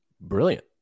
brilliant